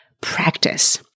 practice